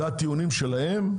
אלה הטיעונים שלהם?